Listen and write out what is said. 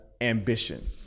ambition